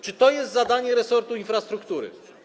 Czy to jest zadanie resortu infrastruktury?